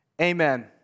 Amen